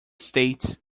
states